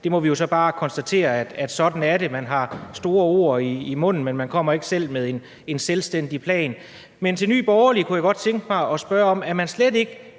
Vi må jo bare konstatere, at sådan er det. Man har store ord i munden, men man kommer ikke selv med en selvstændig plan. Men jeg kunne godt tænke mig at spørge Nye Borgerlige